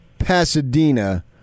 Pasadena